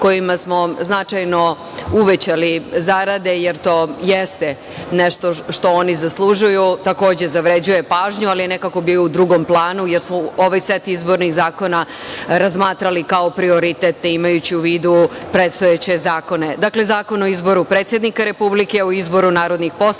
kojima smo značajno uvećali zarade, jer to jeste nešto što ono zaslužuju, takođe zavređuje pažnju, ali je nekako bio u drugom planu, jer smo ovaj set izbornih zakona razmatrali kao prioritet imajući u vidu predstojeće zakone. Dakle, Zakon o izboru predsednika Republike, o izboru narodnih poslanika,